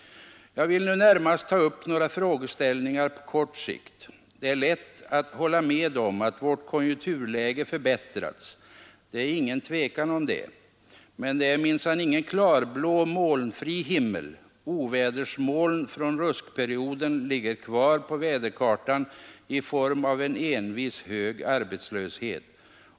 Jag vill nu närmast ta upp några frågeställningar på kort sikt. Det är lätt att hålla med om att vårt konjunkturläge förbättrats. Det är inget tvivel om det. Men det är minsann ingen klarblå molnfri himmel. Ovädersmoln från ruskperioden ligger kvar på väderkartan i form av en envis hög arbetslöshet.